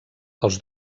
els